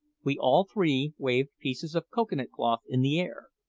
we all three waved pieces of cocoa-nut cloth in the air,